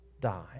die